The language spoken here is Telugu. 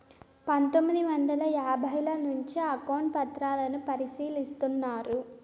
పందొమ్మిది వందల యాభైల నుంచే అకౌంట్ పత్రాలను పరిశీలిస్తున్నారు